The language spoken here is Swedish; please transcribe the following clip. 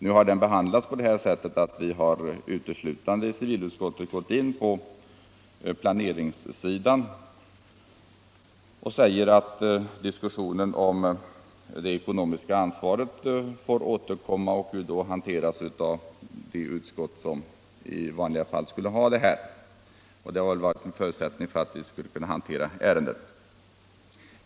Nu har vi i civilutskottet, när vi behandlat propositionen, uteslutande gått in på planeringen. Vi säger att frågan om det ekonomiska ansvaret får återkomma och då hänvisas till näringsoch kulturutskotten. Det har varit en förutsättning för att vi skulle kunna hantera ärendet.